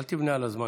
אדוני היושב-ראש,